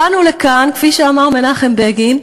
באנו לכאן, כפי שאמר מנחם בגין,